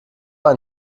ein